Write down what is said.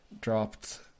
dropped